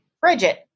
Bridget